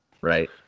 right